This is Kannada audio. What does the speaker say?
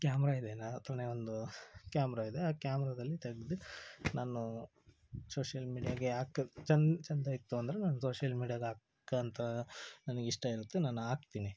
ಕ್ಯಾಮ್ರ ಇದೆ ನನ್ನ ಹತ್ರವೇ ಒಂದು ಕ್ಯಾಮ್ರ ಇದೆ ಆ ಕ್ಯಾಮ್ರಾದಲ್ಲಿ ತೆಗೆದು ನಾನು ಶೋಷಿಯಲ್ ಮೀಡ್ಯಾಗೆ ಹಾಕೋದ್ ಚೆಂದ ಚೆಂದ ಇತ್ತು ಅಂದ್ರೆ ನಾನು ಸೋಷಿಯಲ್ ಮೀಡಿಯಾಗೆ ಹಾಕೋಂತ ನನಗೆ ಇಷ್ಟ ಇರುತ್ತೆ ನಾನು ಹಾಕ್ತೀನಿ